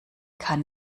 kann